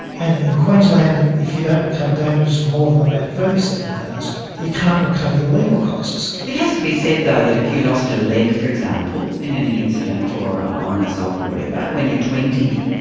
and in queensland if you don't recover damages of more than about thirty seven thousand dollars, you can't recover your legal costs. it has to be said, though, that if you lost a leg, for example, in an incident or or an assault or whatever when you're twenty,